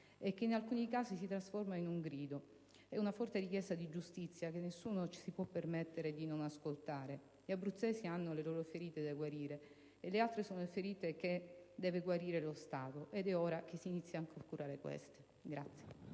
che in alcuni casi si trasforma in un grido: è una forte richiesta di giustizia che nessuno si può permettere di non ascoltare. Gli abruzzesi hanno le loro ferite da guarire, le altre devono essere guarite dallo Stato ed è ora che si inizi anche a curare queste.